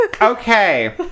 Okay